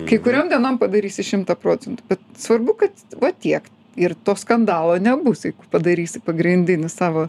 kai kuriom dienom padarysi šimtą procentų svarbu kad va tiek ir to skandalo nebus padarysi pagrindinį savo